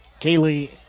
Kaylee